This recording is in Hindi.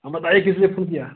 हाँ बताइए किस लिए फोन किया